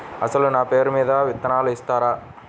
అసలు నా పేరు మీద విత్తనాలు ఇస్తారా?